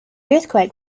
earthquake